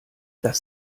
das